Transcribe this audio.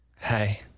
Hey